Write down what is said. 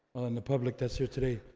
and the public that's here today.